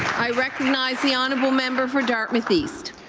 i recognize the honourable member for dartmouth east.